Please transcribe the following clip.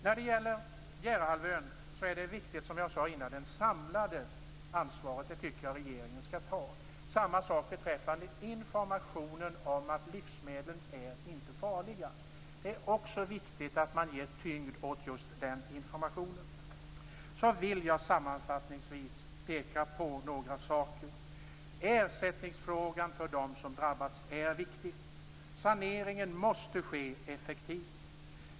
När det gäller Bjärehalvön är det, som jag sade innan, viktigt att regeringen tar det samlade ansvaret. Samma sak gäller informationen om att livsmedel inte är farliga. Det är också viktigt att man ger tyngd åt just den informationen. Sammanfattningsvis vill jag peka på några saker. Ersättningsfrågan är viktig för dem som drabbats. Saneringen måste ske effektivt.